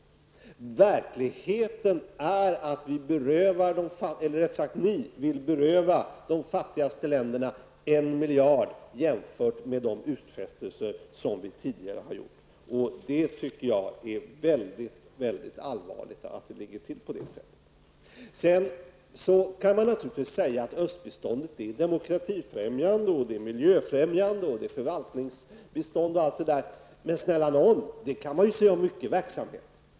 Verkligheten är att ni vill beröva de fattigaste länderna 1 miljard kr. jämfört med de utfästelser som vi tidigare har gjort. Det tycker jag är mycket allvarligt. Sedan kan man naturligtvis säga att östbiståndet är demokratifrämjande och miljöfrämjande, att det är förvaltningsbistånd osv. Men snälla nån, det kan man ju säga om mycken verksamhet.